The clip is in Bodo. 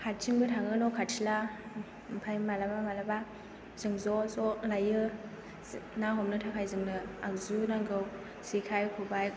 हारसिंबो थाङो न' खाथिब्ला ओमफ्राय माब्लाबा माब्लाबा जों ज' ज' लायो ना हमनो थाखाय जोंनो आगजु नांगौ जेखाय खबाय